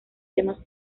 temas